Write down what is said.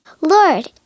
Lord